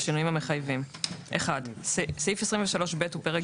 בשינויים המחויבים: (1)סעיף 23(ב) ופרק